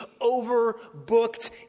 overbooked